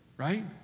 Right